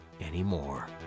anymore